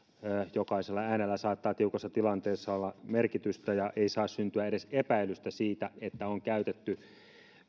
jokaisella äänellä saattaa tiukassa tilanteessa olla merkitystä ja ei saa syntyä edes epäilystä siitä että on käytetty